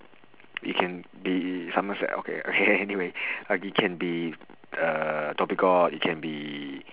it can be somerset okay okay anyway uh it can be uh dhoby ghaut it can be